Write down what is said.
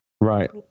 Right